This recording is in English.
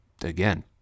again